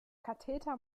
katheter